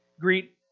Greet